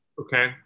Okay